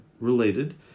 related